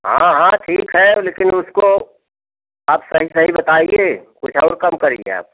हाँ हाँ ठीक है लेकिन उसको आप सही सही बताइए कुछ और कम करेंगे आप